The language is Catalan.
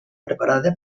preparada